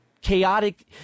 chaotic